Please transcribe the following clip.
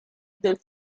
del